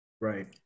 right